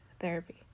therapy